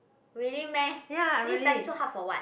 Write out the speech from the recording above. really meh then you study so hard for what